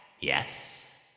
Yes